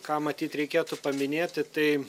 ką matyt reikėtų paminėti tai